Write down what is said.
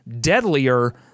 deadlier